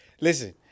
Listen